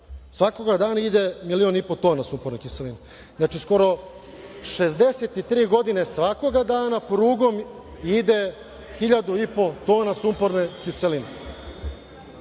svakog dana ide milion i po tona sumporne kiseline. Znači, skoro 63 godine svakog dana prugom ide hiljadu i po tona sumporne kiseline. Da